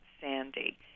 Sandy